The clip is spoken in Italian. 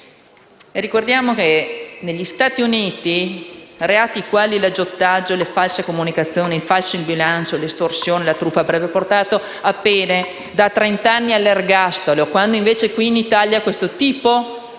Ricordiamo che negli Stati Uniti reati quali l'aggiotaggio, le false comunicazioni, il falso in bilancio, l'estorsione e la truffa avrebbero portato a pene da trent'anni all'ergastolo, quando invece qui in Italia per questo tipo di